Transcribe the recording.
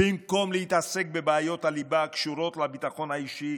במקום להתעסק בבעיות הליבה הקשורות לביטחון האישי,